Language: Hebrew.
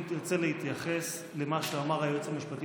אם תרצה להתייחס למה שאמר היועץ המשפטי